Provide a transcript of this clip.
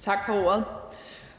Tak for ordet.